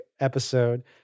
episode